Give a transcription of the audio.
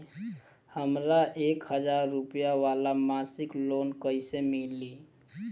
हमरा एक हज़ार रुपया वाला मासिक लोन कईसे मिली?